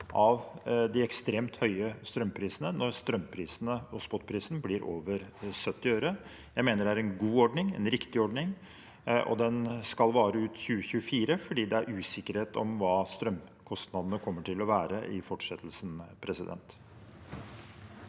av de ekstremt høye strømprisene når strømprisene og spotprisen blir over 70 øre. Jeg mener det er en god ordning, en riktig ordning, og den skal vare ut 2024 fordi det er usikkerhet om hva strømkostnadene kommer til å være i fortsettelsen. Presidenten